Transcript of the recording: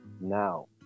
now